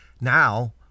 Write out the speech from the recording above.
now